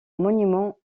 monument